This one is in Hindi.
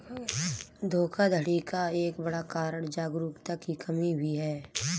धोखाधड़ी का एक बड़ा कारण जागरूकता की कमी भी है